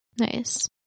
Nice